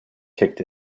kicked